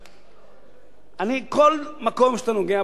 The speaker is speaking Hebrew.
כל מקום שאתה נוגע בו, אדוני, כל עיר מרכזית,